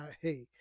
hey